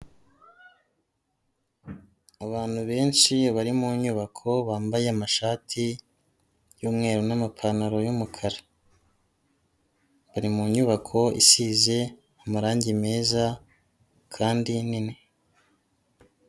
Abantu benshi bari mu nyubako bambaye amashati, y'umweru n'amapantaro y'umukara. Bari mu nyubako isize amarangi meza kandi nini.